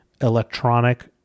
electronic